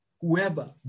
whoever